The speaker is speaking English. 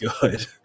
good